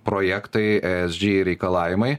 projektai esg reikalavimai